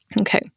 Okay